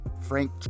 Frank